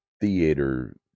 theater